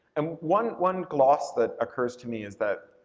um one one gloss that occurs to me is that